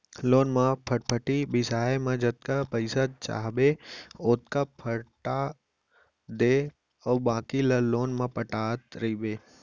loan म फटफटी बिसाए म जतका पइसा चाहबे ओतका पटा दे अउ बाकी ल लोन म पटात रइबे